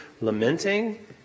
lamenting